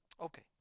Okay